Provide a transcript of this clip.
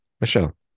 Michelle